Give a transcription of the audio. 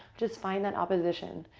just find that opposition,